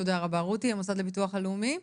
תודה רבה רותי מהמוסד לביטוח הלאומי.